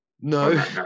No